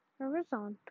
horizontal